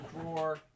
drawer